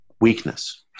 weakness